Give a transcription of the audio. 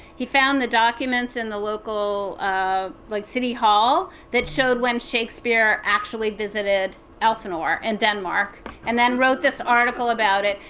he found the documents in the local ah like city hall that showed when shakespeare actually visited elsinore in and denmark and then wrote this article about it.